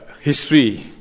history